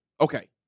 Okay